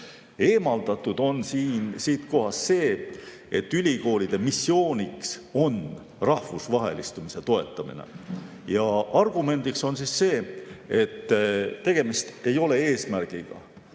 Eemaldatud on siit see, et ülikoolide missiooniks on rahvusvahelistumise toetamine, ja argumendiks on see, et tegemist ei ole eesmärgiga.